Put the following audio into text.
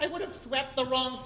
i would have swept the wrong